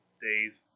days